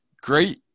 great